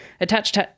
attached